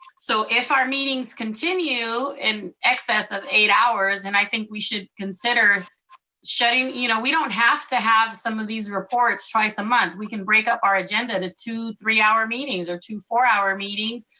so if our meetings continue in excess of eight hours, then and i think we should consider shutting. you know we don't have to have some of these reports twice a month. we can break up our agenda to two three hour meetings, or two four hour meetings.